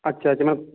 আচ্ছা আচ্ছা মানে